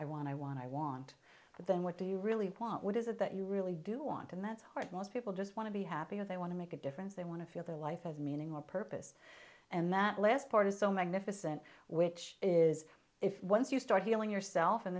i want i want i want but then what do you really want what is it that you really do want and that's hard for most people just want to be happy or they want to make a difference they want to feel their life has meaning or purpose and that last part is so magnificent which is if once you start healing yourself and